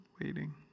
waiting